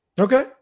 Okay